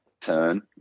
turn